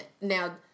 now